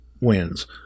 wins